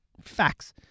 Facts